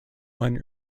one